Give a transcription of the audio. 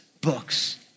books